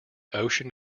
ocean